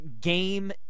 game